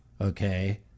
okay